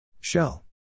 Shell